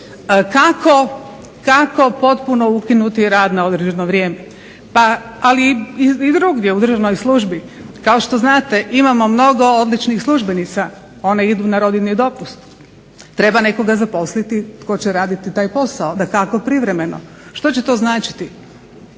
kako potpuno ukinuti rad na određeno vrijeme, ali i drugdje u državnoj službi. Kao što znate imamo mnogo odličnih službenica, one idu na rodiljni dopust, treba nekoga zaposliti tko će raditi taj posao, dakako privremeno. Što će to značiti,